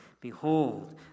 Behold